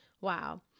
Wow